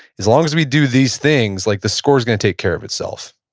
as long as we do these things, like the score's going to take care of itself,